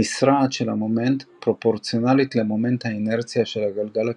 המשרעת של המומנט פרופורציונלית למומנט האינרציה של הגלגל הקדמי,